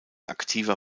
aktiver